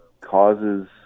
causes